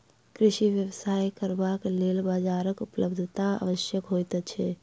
कृषि व्यवसाय करबाक लेल बाजारक उपलब्धता आवश्यक होइत छै